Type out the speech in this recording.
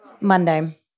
Monday